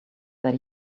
that